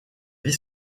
vie